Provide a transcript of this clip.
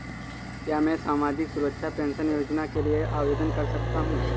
क्या मैं सामाजिक सुरक्षा पेंशन योजना के लिए आवेदन कर सकता हूँ?